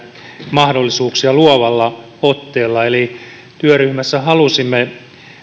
mahdollisuuksia luovalla otteella eli työryhmässä halusimme